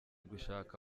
gushaka